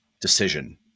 decision